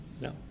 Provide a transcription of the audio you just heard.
No